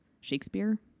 shakespeare